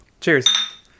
cheers